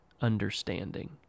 understanding